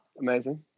amazing